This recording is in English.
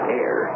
air